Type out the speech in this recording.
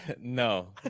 no